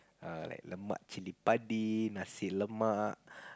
err like lemak chilli padi nasi-lemak